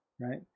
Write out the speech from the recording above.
right